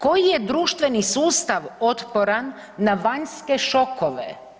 Koji je društveni sustav otporan na vanjske šokove?